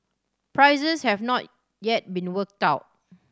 prices have not yet been worked out